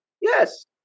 Yes